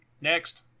Next